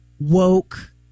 woke